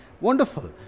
Wonderful